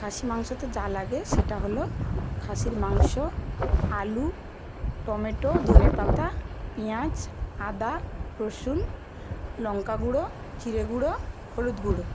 খাসির মাংসতে যা লাগে সেটা হল খাসির মাংস আলু টমেটো ধনেপাতা পেঁয়াজ আদা রসুন লঙ্কা গুঁড়ো জিরে গুঁড়ো হলুদ গুঁড়ো